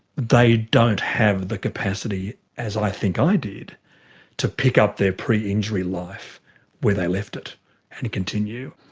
they don't have the capacity as i think i did to pick up their preinjury life where they left it and continue.